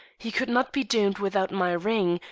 he could not be doomed without my ring,